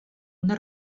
una